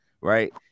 Right